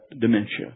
dementia